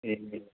ए